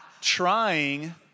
trying